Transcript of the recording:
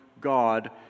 God